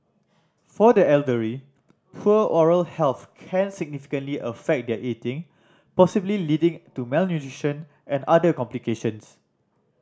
for the elderly poor oral health can significantly affect their eating possibly leading to malnutrition and other complications